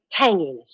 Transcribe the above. tanginess